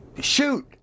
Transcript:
shoot